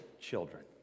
children